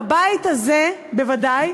בבית הזה בוודאי,